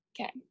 Okay